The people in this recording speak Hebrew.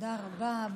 תודה רבה.